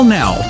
now